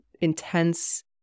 intense